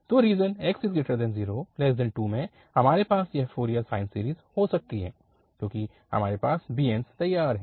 तो region 0x2 में हमारे पास यह फ़ोरियर साइन सीरीज़ हो सकती है क्योंकि हमारे पास bns तैयार है